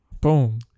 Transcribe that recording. Boom